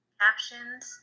captions